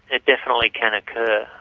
it definitely can occur.